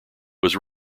was